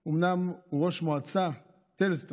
אומנם בעלה היום הוא ראש מועצת טלז סטון,